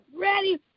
ready